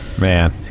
Man